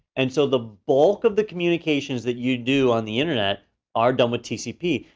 and so the bulk of the communications that you do on the internet are done with tcp.